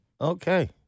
Okay